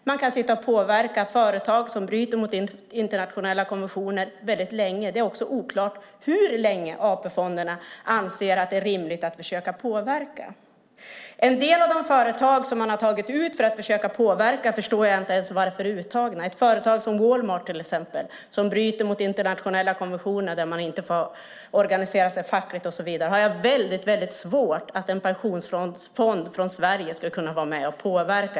Man kan sitta och påverka företag som bryter mot internationella konventioner väldigt länge, och det är också oklart hur länge AP-fonderna anser att det är rimligt att försöka påverka. En del av de företag som man har tagit ut för att försöka påverka förstår jag inte ens varför de är uttagna. Ett företag som Walmart, som bryter mot internationella konventioner och där man inte får organisera sig fackligt och så vidare, har jag mycket svårt att förstå att en pensionsfond från Sverige skulle kunna vara med och påverka.